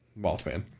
Mothman